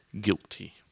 guilty